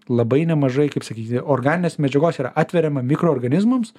labai nemažai kaip sakyti organinės medžiagos yra atveriama mikro organizmams